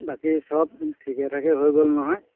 বাকী চব ঠিকে থাকে হৈ গ'ল নহয়